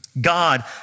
God